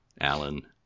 alan